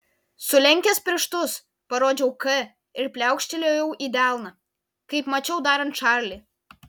sulenkęs pirštus parodžiau k ir pliaukštelėjau į delną kaip mačiau darant čarlį